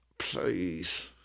Please